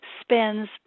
spends